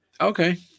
okay